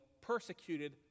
persecuted